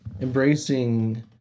embracing